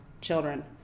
children